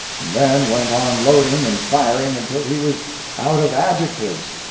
and then went on loading and firing until he was out of adjectives.